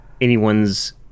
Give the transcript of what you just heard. anyone's